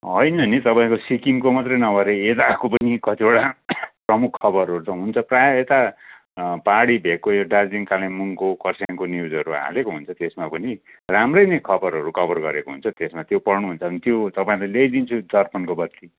होइन नि तपाईँको सिक्किमको मात्रै नभएर यताको पनि कतिवटा प्रमुख खबरहरू त हुन्छ प्रायः यता पाहाडी भेगको यो दार्जिलिङ कालिम्पोङको खरसाङको न्युजहरू हालेको हुन्छ त्यसमा पनि राम्रै नै खबरहरू कभर गरेको हुन्छ त्यसमा त्यो पढ्नुहुन्छ भने त्यो तपाँईलाई ल्याइदिन्छु दर्पणको बद्ली